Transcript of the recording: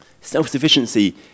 Self-sufficiency